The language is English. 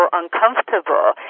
uncomfortable